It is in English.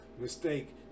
mistake